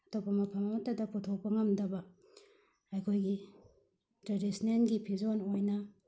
ꯑꯇꯣꯞꯄ ꯃꯐꯝ ꯑꯃꯃꯠꯇꯗ ꯄꯨꯊꯣꯛꯄ ꯉꯝꯗꯕ ꯑꯩꯈꯣꯏꯒꯤ ꯇ꯭ꯔꯦꯗꯤꯁꯅꯦꯜꯒꯤ ꯐꯤꯖꯣꯜ ꯑꯣꯏꯅ